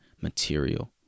material